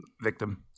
victim